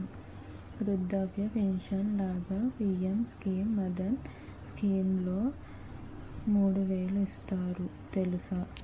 వృద్ధాప్య పించను లాగా పి.ఎం కిసాన్ మాన్ధన్ స్కీంలో మూడు వేలు ఇస్తారు తెలుసా?